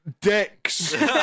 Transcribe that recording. dicks